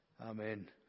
Amen